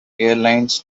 airlines